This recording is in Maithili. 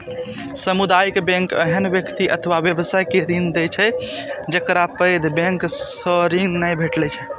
सामुदायिक बैंक ओहन व्यक्ति अथवा व्यवसाय के ऋण दै छै, जेकरा पैघ बैंक सं ऋण नै भेटै छै